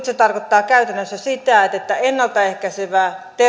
se tarkoittaa nyt käytännössä sitä että että ennalta ehkäisevä